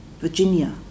Virginia